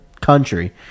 country